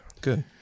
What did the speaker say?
Good